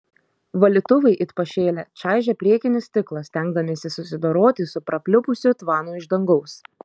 valytuvai it pašėlę čaižė priekinį stiklą stengdamiesi susidoroti su prapliupusiu tvanu iš dangaus